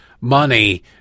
money